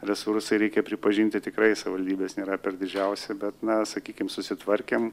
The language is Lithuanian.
resursai reikia pripažinti tikrai savivaldybės nėra per didžiausi bet na sakykim susitvarkėm